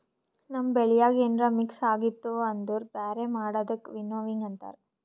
ನಮ್ ಬೆಳ್ಯಾಗ ಏನ್ರ ಮಿಕ್ಸ್ ಆಗಿತ್ತು ಅಂದುರ್ ಬ್ಯಾರೆ ಮಾಡದಕ್ ವಿನ್ನೋವಿಂಗ್ ಅಂತಾರ್